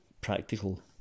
practical